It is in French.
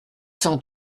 cent